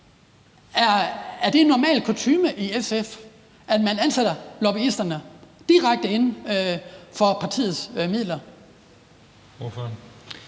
Er det normal kutyme i SF, at man ansætter lobbyisterne direkte og for partiets midler? Kl.